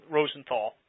Rosenthal